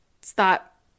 Stop